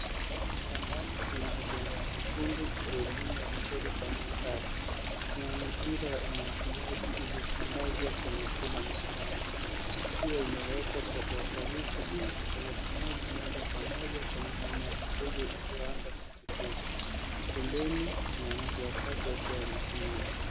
Shambani kuna udongo mwekundu uliolimwa vizuri kwa mistari. Kuna mipira ya umwagiliaji iliyosambazwa kwenye kila mstari ikiwa imewekwa kwa uangalifu ili kupeleka maji moja kwa moja kwenye mimea midogo iliyoanza kuchipuka. Pembeni kuna watu wachache wakiwa wamesimama.